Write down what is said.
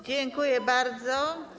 Dziękuję bardzo.